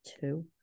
two